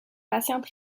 patients